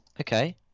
Okay